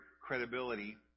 credibility